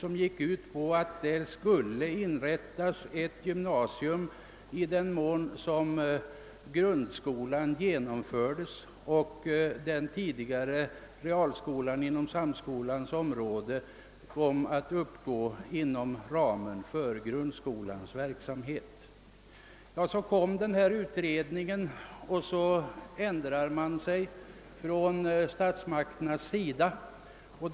Det gick ut på att i Osby skulle inrättas ett gymnasium när grundskolan genomfördes och den tidigare realskolan inom samskolans område kom att falla inom ramen för grundskolans verksamhet. Det var den här aktuella utredningen som gjorde att statsmakterna ändrade sig.